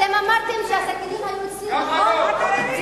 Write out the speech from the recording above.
אתם אמרתם שהסכינים היו אצלי, נכון?